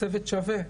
צוות שווה.